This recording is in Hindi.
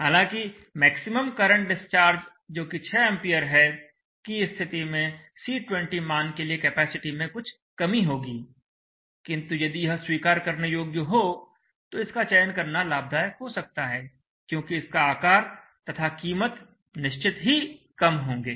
हालांकि मैक्सिमम करंट डिस्चार्ज जोकि 6 A है की स्थिति में C20 मान के लिए कैपेसिटी में कुछ कमी होगी किंतु यदि यह स्वीकार करने योग्य हो तो इसका चयन करना लाभदायक हो सकता है क्योंकि इसका आकार तथा कीमत निश्चित ही कम होंगे